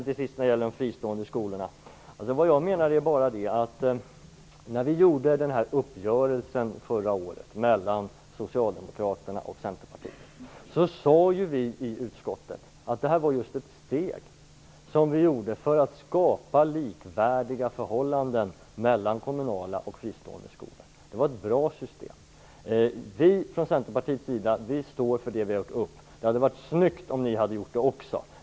Till sist de fristående skolorna: När uppgörelsen träffades mellan socialdemokraterna och centerpartiet förra året sade vi i utskottet att detta var ett steg för att skapa likvärdiga förhållanden mellan kommunala och fristående skolor. Det var ett bra system. Vi från centerpartiets sida står för det som vi har gjort upp. Det hade varit snyggt om ni hade gjort det också.